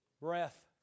breath